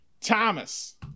Thomas